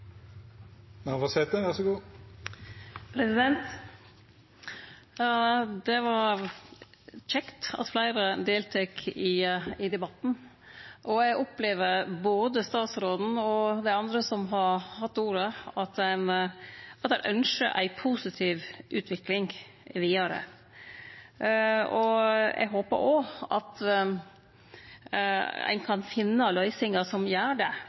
Det var kjekt at fleire deltok i debatten, og eg opplever at både statsråden og dei andre som har hatt ordet, ynskjer ei positiv utvikling vidare. Eg håpar òg ein kan finne løysingar som gjer det,